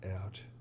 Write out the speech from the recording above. out